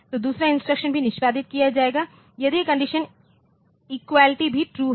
तो दूसरा इंस्ट्रक्शन भी निष्पादित किया जाएगा यदि इस कंडीशन इक्वलिटी भी ट्रू हो